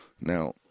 Now